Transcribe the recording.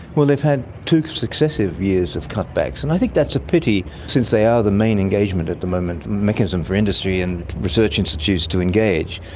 well, they've had two successive years of cutbacks, and i think that's a pity since they are the main engagement at the moment, mechanism for industry and research institutes to engage.